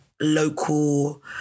local